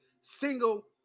single